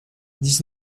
dix